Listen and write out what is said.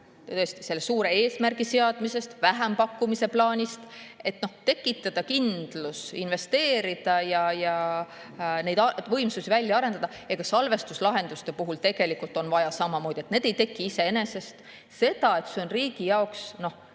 selle suure eesmärgi seadmisest, vähempakkumise plaanist, et tekitada kindlus investeerida ja neid võimsusi välja arendada, on ka salvestuslahenduste puhul tegelikult samamoodi. Need ei teki iseenesest. See on riigi jaoks